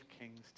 kings